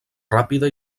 ràpida